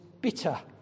bitter